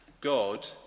God